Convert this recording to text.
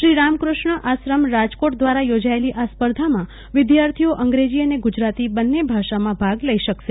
શ્રી રામકૃષ્ણ આશ્રમ રાજકોટ દ્વારા યોજાયેલી આ સ્પર્ધામાં વિદ્યાર્થીઓ અંગ્રેજી અને ગુજરાતી બંને ભાષામાં ભાગ લઇ શકશે